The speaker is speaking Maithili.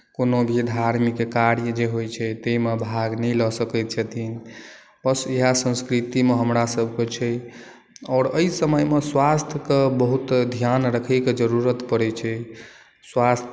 कोनो भी धर्मिक कार्य जे होइत छै ताहिमे भाग नहि लऽ सकैत छथिन बस इएह संस्कृतिमे हमरासभके छै आओर एहि समयमे स्वास्थ्यके बहुत ध्यान रखैक जरूरत पड़ैत छै स्वास्थ्य